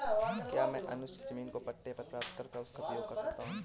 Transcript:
क्या मैं अनुज के जमीन को पट्टे पर प्राप्त कर उसका प्रयोग कर सकती हूं?